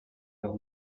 leur